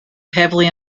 heavily